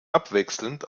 abwechselnd